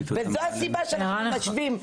וזו הסיבה שאנחנו משווים.